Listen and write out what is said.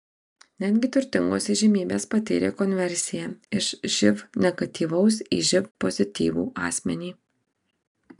netgi turtingos įžymybės patyrė konversiją iš živ negatyvaus į živ pozityvų asmenį